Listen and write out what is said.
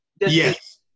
Yes